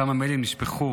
כמה מיילים נשפכו